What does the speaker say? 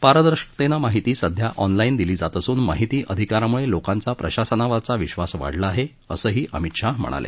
पारदर्शकतेनं माहिती सध्या ऑनलाईन दिली जात असून माहिती अधिकारामुळे लोकांचा प्रशासनावरचा विश्वास वाढला आहे असंही अमित शाह म्हणाले